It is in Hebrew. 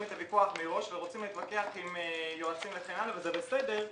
את הוויכוח מראש ורוצים להתווכח עם יועצים וזה בסדר,